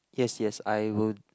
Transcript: yes yes I will